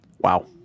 wow